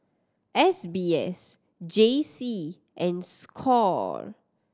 S B S J C and score